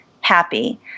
happy